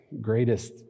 greatest